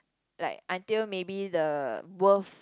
like until maybe the worth